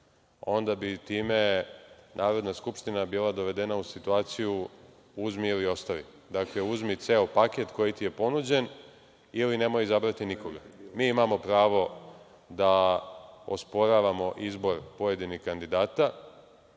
Onda bi time Narodna skupština bila dovedena u situaciju – uzmi ili ostavi. Dakle, uzmi ceo paket koji ti je ponuđen, ili nemoj izabrati nikoga. Mi imamo pravo da osporavamo izbor pojedinih kandidata.